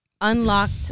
unlocked